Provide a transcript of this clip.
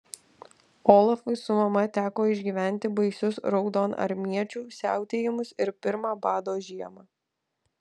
olafui su mama teko išgyventi baisius raudonarmiečių siautėjimus ir pirmą bado žiemą